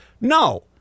No